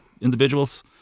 individuals